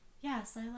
yes